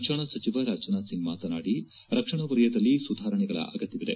ರಕ್ಷಣಾ ಸಚಿವ ರಾಜನಾಥ್ ಸಿಂಗ್ ಮಾತನಾಡಿ ರಕ್ಷಣಾ ವಲಯದಲ್ಲಿ ಸುಧಾರಣೆಗಳ ಅಗತ್ಯವಿದೆ